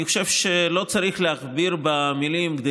אני חושב שלא צריך להכביר מילים כדי